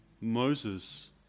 Moses